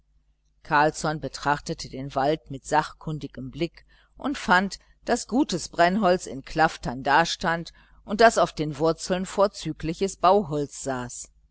carlsson betrachtete den wald mit sachkundigem blick und fand daß gutes brennholz in klaftern dastand und daß auf den wurzeln vorzügliches bauholz saß